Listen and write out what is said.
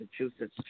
Massachusetts